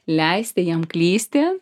leisti jiem klysti